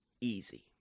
easy